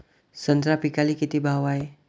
संत्रा पिकाले किती भाव हाये?